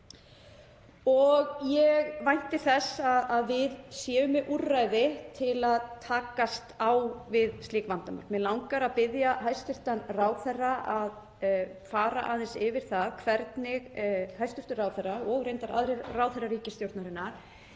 Ég vænti þess að við séum með úrræði til að takast á við slík vandamál. Mig langar að biðja hæstv. ráðherra að fara aðeins yfir það hvernig hæstv. ráðherra, og reyndar aðrir ráðherrar ríkisstjórnarinnar,